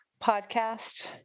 podcast